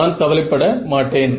நான் கவலைப்பட மாட்டேன்